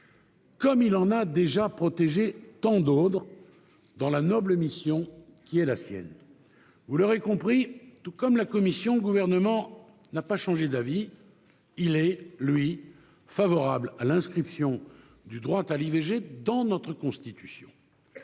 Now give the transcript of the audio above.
comme il en a en déjà protégé tant d'autres, dans la noble mission qui est la sienne. Vous l'aurez compris, tout comme la commission, le Gouvernement n'a pas changé d'avis : il est, lui, favorable à l'inscription du droit à l'IVG dans notre Constitution.